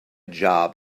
job